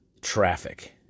traffic